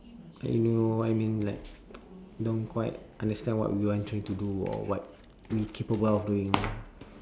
you know what I mean like don't quite understand what we want try to do or what we capable of doing